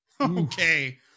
okay